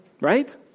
Right